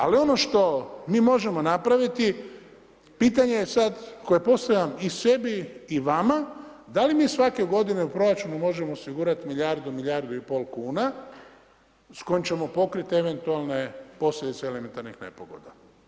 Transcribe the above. Ali ono što mi možemo napraviti pitanje je sad koje postavljam i sebi i vama da li mi svake godine u proračunu možemo osigurati milijardu, milijardu i pol kuna s kojim ćemo pokriti eventualne posljedice elementarnih nepogoda.